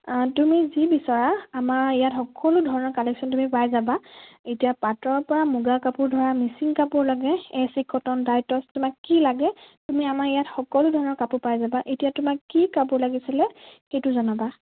তুমি যি বিচৰা আমাৰ ইয়াত সকলো ধৰণৰ কালেকশ্যন তুমি পাই যাবা এতিয়া পাটৰ পৰা মুগা কাপোৰ ধৰা মিচিং কাপোৰ লাগে এচি কটন টাইপৰ তোমাক কি লাগে তুমি আমাৰ ইয়াত সকলো ধৰণৰ কাপোৰ পাই যাবা এতিয়া তোমাক কি কাপোৰ লাগিছিলে সেইটো জনাবা